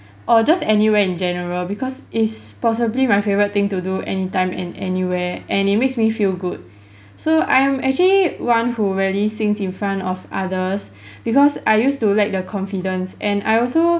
or just anywhere in general because it's possibly my favourite thing to do anytime and anywhere and it makes me feel good so I'm actually one who rarely sings in front of others because I used to lack the confidence and I also